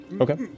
Okay